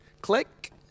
click